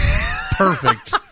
Perfect